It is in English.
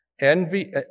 Envy